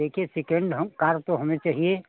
देखिए सेकेंड हम कार तो हमें चाहिए